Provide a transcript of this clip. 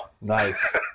Nice